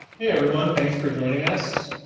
hey everyone, thanks for joining us